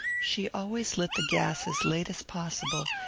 she always lit the gas as late as possible,